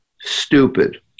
stupid